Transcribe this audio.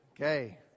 Okay